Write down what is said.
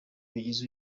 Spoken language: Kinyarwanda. bigize